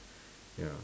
ya